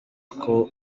uko